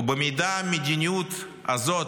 במידה שהמדיניות הזאת,